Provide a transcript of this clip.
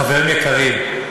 חברים יקרים,